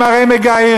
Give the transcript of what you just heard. הם הרי מגיירים,